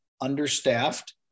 understaffed